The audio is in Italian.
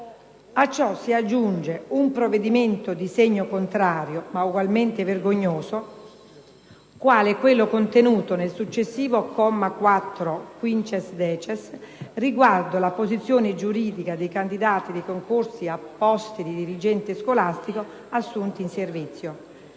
A ciò si aggiunge un provvedimento di segno contrario, ma ugualmente vergognoso, quale quello contenuto nel successivo comma 4-*quinquiesdecies*, riguardo la posizione giuridica dei candidati dei concorsi a posti di dirigente scolastico assunti in servizio.